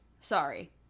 Sorry